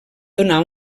donar